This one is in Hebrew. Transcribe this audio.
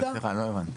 סליחה, לא הבנתי.